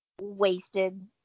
wasted